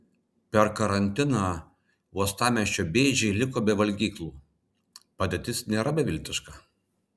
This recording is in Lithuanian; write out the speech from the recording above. per karantiną uostamiesčio bėdžiai liko be valgyklų padėtis nėra beviltiška